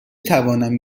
توانم